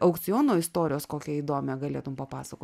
aukciono istorijos kokią įdomią galėtum papasakot